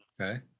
Okay